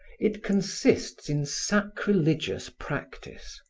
it consists in sacrilegious practice,